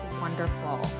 wonderful